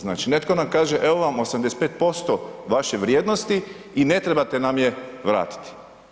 Znači netko nam kaže evo vam 85% vaše vrijednosti i ne trebate nam je vratiti.